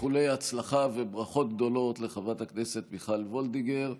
איחולי הצלחה וברכות גדולות לחברת הכנסת מיכל וולדיגר.